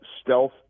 stealth